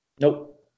Nope